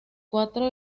cuatro